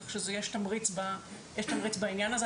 כך שיש תמריץ בעניין הזה.